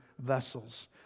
vessels